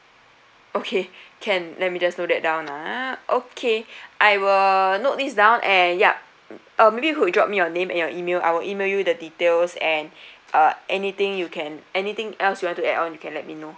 okay can let me just note that down ah okay I will uh note this down and yup uh may be you could drop me your name and your email I'll email you the details and uh anything you can anything else you want to add on you can let me know